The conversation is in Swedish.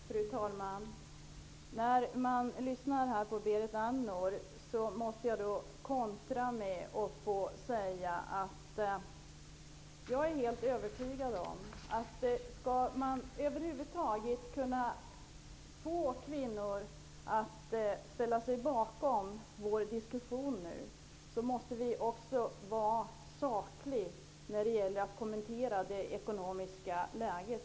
Fru talman! Efter att ha lyssnat på Berit Andnor måste jag kontra med att säga att jag är helt övertygad om att vi måste vara sakliga när vi kommenterar det eknomiska läget, detta för att vi över huvud taget skall kunna få kvinnor att ställa sig bakom vår diskussion.